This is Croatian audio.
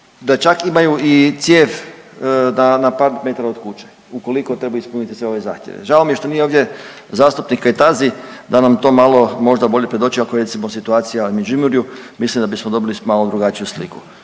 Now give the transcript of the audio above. da čak imaju i cijev na par metara od kuće ukoliko treba ispuniti sve ove zahtjeve. Žao je što nije ovdje zastupnik Kajtazi da nam to malo možda bolje predoči ako je recimo situacija u Međimurju mislim da bismo dobili malo drugačiju sliku.